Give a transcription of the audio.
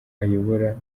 ayobora